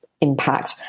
impact